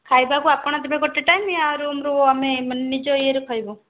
ଖାଇବାକୁ ଆପଣ ଦେବେ ଗୋଟେ ଟାଇମ୍ ୟା ରୁମ୍ରୁ ଆମେ ମାନେ ନିଜ ଇଏରୁ ଖାଇବୁ